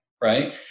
Right